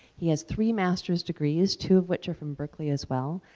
he has three masters degrees, two of which are from berkeley as well,